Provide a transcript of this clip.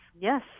yes